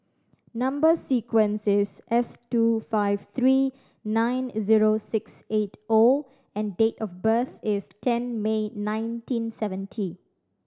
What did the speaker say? number sequence is S two five three nine zero six eight O and date of birth is ten May nineteen seventy